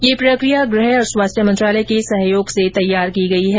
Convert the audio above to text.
यह प्रकिया गृह और स्वास्थ्य मंत्रालय के सहयोग से तैयार की गई है